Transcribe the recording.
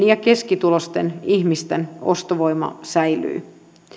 ja keskituloisten ihmisten ostovoima säilyy